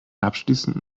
abschließend